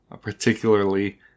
particularly